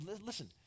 listen